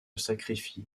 sacrifie